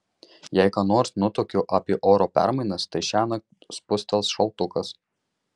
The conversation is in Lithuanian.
jei ką nors nutuokiu apie oro permainas tai šiąnakt spustels šaltukas